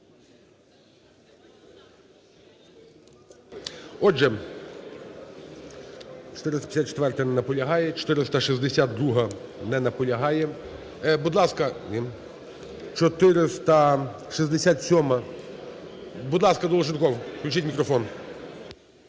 Отже, 454-а. Не наполягає. 462-а. Не наполягає. Будь ласка, 467-а. Будь ласка, Долженков. Включіть мікрофон.